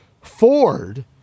Ford